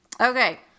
Okay